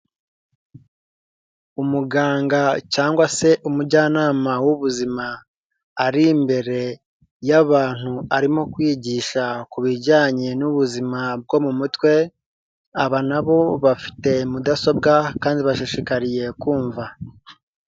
Umuganga cyangwa se umujyanama w'ubuzima ari imbere y'abantu arimo kwigisha ku bijyanye n'ubuzima bwo mu mutwe, aba na bo bafite mudasobwa kandi bashishikariye kumva.